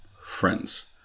friends